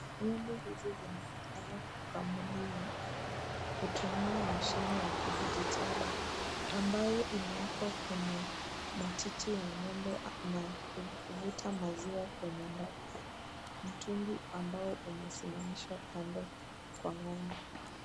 Ng’ombe hizi zinapatikana kukamuliwa kutumia mashine ya kidigitali ambayo imewekwa kwenye matiti ya ng’ombe anapovuta maziwa kwenye ndani ya mtungi ambao umesimamishwa kando kwa ng’ombe.